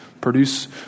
produce